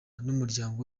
n’umuryango